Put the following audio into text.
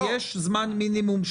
יש זמן מינימום.